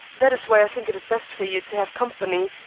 that is why i think it is best for you to have company,